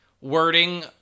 wording